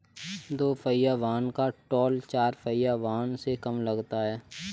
दुपहिया वाहन का टोल चार पहिया वाहन से कम लगता है